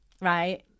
right